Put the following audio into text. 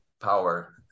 power